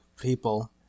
People